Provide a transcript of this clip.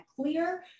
clear